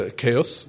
chaos